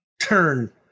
turn